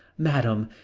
madame,